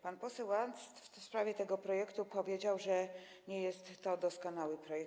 Pan poseł Ast w sprawie tego projektu powiedział, że nie jest to doskonały projekt.